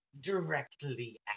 directly